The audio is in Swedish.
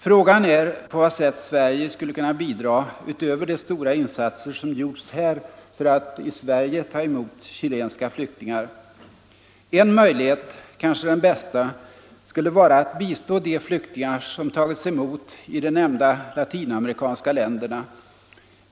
Frågan är på vad sätt Sverige skulle kunna bidra utöver de stora insatser som gjorts här för att ta emot chilenska flyktingar. En möjlighet, kanske den bästa, skulle vara att bistå de flyktingar som tagits emot i de nämnda latinamerikanska länderna.